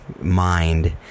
mind